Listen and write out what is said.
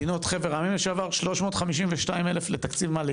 מדינות חבר העמים לשעבר, 352,000 לתקציב מה?